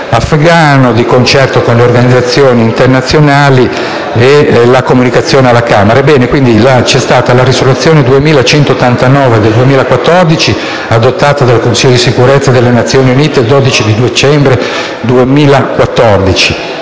di concerto con le organizzazioni internazionali, e alla comunicazione alla Camera. Ebbene, la risoluzione n. 2189 del 2014, adottata dal Consiglio di sicurezza delle Nazioni Unite il 12 dicembre 2014,